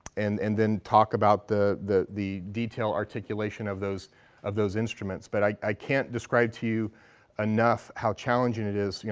and and then talk about the the detail articulation of those of those instruments but i i can't describe to you enough how challenging it is. you know,